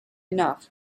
enough